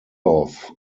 off